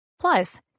plus